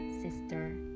sister